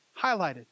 Highlighted